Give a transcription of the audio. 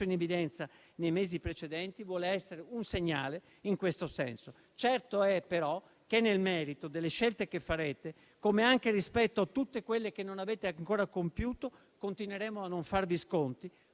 in evidenza nei mesi precedenti, vuole essere un segnale in questo senso. Certo è, però, che nel merito delle scelte che farete, come anche rispetto a tutte quelle che non avete ancora compiuto, continueremo a non farvi sconti